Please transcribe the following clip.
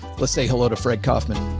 let's say hello to fred kaufman